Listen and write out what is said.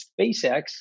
SpaceX